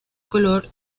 color